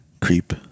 Creep